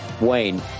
Wayne